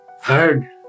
heard